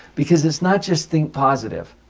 because it's not just think positive.